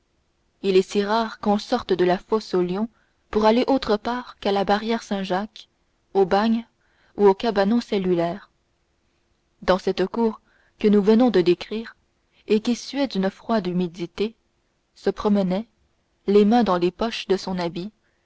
il est si rare qu'on sorte de la fosse aux lions pour aller autre part qu'à la barrière saint-jacques au bagne ou au cabanon cellulaire dans cette cour que nous venons de décrire et qui suait d'une froide humidité se promenait les mains dans les poches de son habit